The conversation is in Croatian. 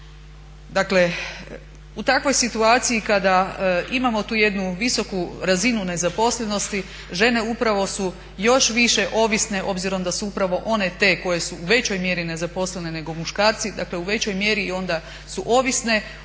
Dakle, u takvoj situaciji kada imamo tu jednu visoku razinu nezaposlenosti žene upravo su još više ovisne, obzirom da su upravo one te koje su u većoj mjeri nezaposlene nego muškarci, dakle u većoj mjeri i onda su ovisne